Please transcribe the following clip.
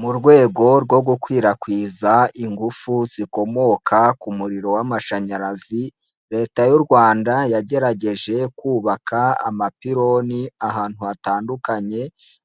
Mu rwego rwo gukwirakwiza ingufu zikomoka ku muriro w'amashanyarazi, leta y'u Rwanda yagerageje kubaka amapiloni ahantu hatandukanye,